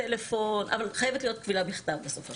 אבל בסופו של דבר חיבת להיות קבילה בכתב.